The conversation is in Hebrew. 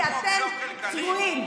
כי אתם צבועים.